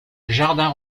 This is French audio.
jardin